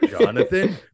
Jonathan